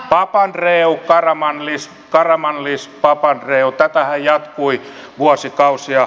papandreou karamanlis karamanlis papandreou tätähän jatkui vuosikausia